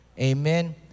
Amen